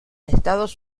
estados